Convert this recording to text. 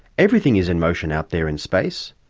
everything is in motion out there in space.